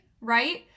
right